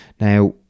Now